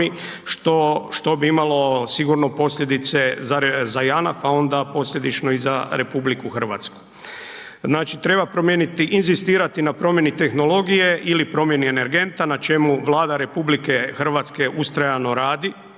što bi imalo sigurno posljedice za JANAF, a onda posljedično i za RH. Znači, treba promijeniti, inzistirati na promjeni tehnologije ili promjeni energenta, na čemu Vlada RH ustajano radi,